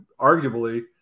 arguably